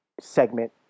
segment